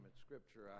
scripture